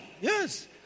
yes